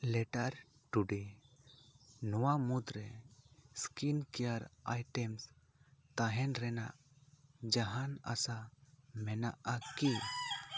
letter today ᱱᱚᱣᱟ ᱢᱩᱫᱽᱨᱮ skin care items ᱛᱟᱦᱮᱸᱱ ᱨᱮᱱᱟᱜ ᱡᱟᱦᱟᱸᱱ ᱟᱥᱟ ᱢᱮᱱᱟᱜᱼᱟ ᱠᱤ